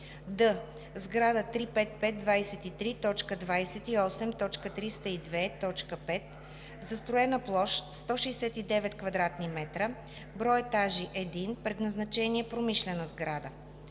д) сграда 35523.28.302.5, застроена площ 169 кв. м, брой етажи 1, предназначение: промишлена сграда;